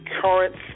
current